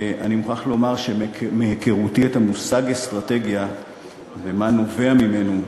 אני מוכרח לומר שמהיכרותי את המושג אסטרטגיה ומה שנובע ממנו,